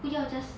不要 just